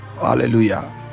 Hallelujah